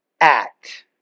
act